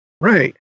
Right